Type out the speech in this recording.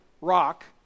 rock